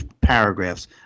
paragraphs